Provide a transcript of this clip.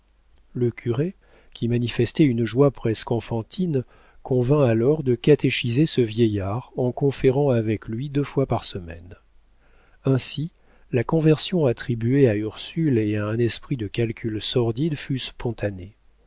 le curé qui manifestait une joie presque enfantine convint alors de catéchiser ce vieillard en conférant avec lui deux fois par semaine ainsi la conversion attribuée à ursule et à un esprit de calcul sordide fut spontanée